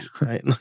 Right